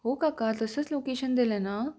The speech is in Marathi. हो काका तसंच लोकेशन दिलं आहे ना